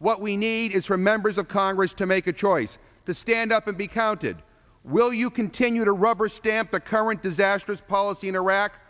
what we need is for members of congress to make a choice to stand up and be counted will you continue to rubber stamp the current disastrous policy in iraq